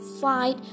Fight